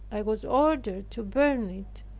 i was ordered to burn it,